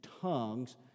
tongues